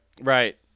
right